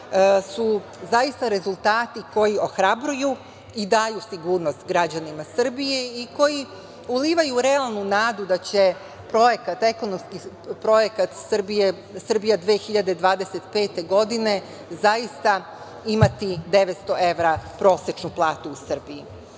su to rezultati koji ohrabruju i daju sigurnost građanima Srbije i koji ulivaju realnu nadu da će ekonomski projekat "Srbija 2025" zaista imati 900 evra prosečnu platu u Srbiji. Veoma